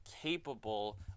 capable